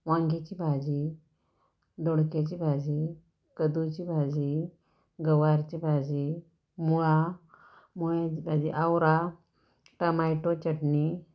वांग्याची भाजी दोडक्याची भाजी कद्दूची भाजी गवारची भाजी मुळा मुळ्याची भाजी आवळा टमॅटो चटणी